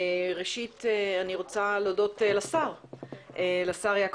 ראשית אני רוצה להודות לשר לשירותי